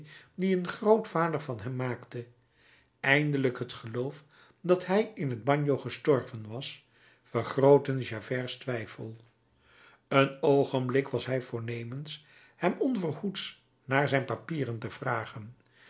die een grootvader van hem maakte eindelijk het geloof dat hij in t bagno gestorven was vergrootten javerts twijfel een oogenblik was hij voornemens hem onverhoeds naar zijn papieren te vragen